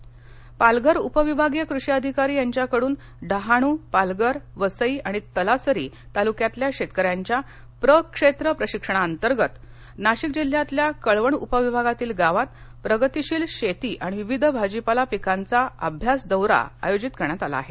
प्रशिक्षण पालघर उपविभागीय कृषी अधिकारी यांच्याकडून डहाणू पालघर वसई आणि तलासरी तालुक्यातल्या शेतकऱ्यांच्या प्रक्षेत्र प्रशिक्षणाअंतर्गत नाशिक जिल्ह्यातल्या कळवण उपविभागातील गावात प्रगतिशील शेती आणि विविध भाजीपाला पिकांचा अभ्यास दौरा आयोजित करण्यात आला आहे